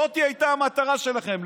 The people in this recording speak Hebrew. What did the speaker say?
זאת הייתה המטרה שלכם,